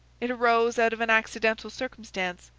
it arose out of an accidental circumstance.